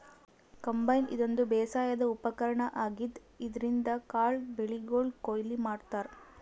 combine ಇದೊಂದ್ ಬೇಸಾಯದ್ ಉಪಕರ್ಣ್ ಆಗಿದ್ದ್ ಇದ್ರಿನ್ದ್ ಕಾಳ್ ಬೆಳಿಗೊಳ್ ಕೊಯ್ಲಿ ಮಾಡ್ತಾರಾ